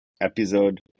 episode